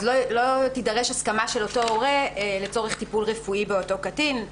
אז לא תידרש הסכמה של אותו הורה לצורך טיפול רפואי באותו קטין.